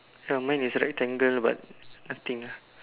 ya mine is rectangle but nothing ah